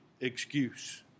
excuse